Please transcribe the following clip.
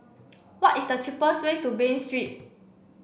what is the cheapest way to Bain Street